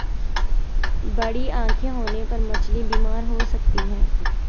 बड़ी आंखें होने पर मछली बीमार हो सकती है